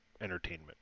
entertainment